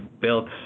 built